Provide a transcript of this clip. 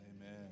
Amen